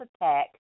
attack